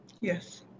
Yes